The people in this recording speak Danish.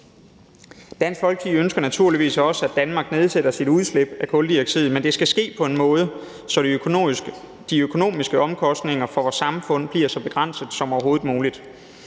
Dansk Folkeparti ønsker naturligvis også, at Danmark nedsætter sit udslip af kuldioxid, men det skal ske på en måde, så de økonomiske omkostninger for vores samfund bliver så begrænsede som overhovedet muligt.